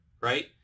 right